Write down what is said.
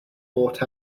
bought